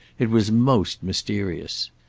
it was most mysterious.